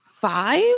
five